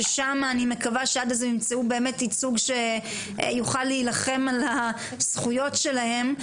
ששם אני מקווה שעד אז ימצאו באמת ייצוג שיוכל להילחם על הזכויות שלהם.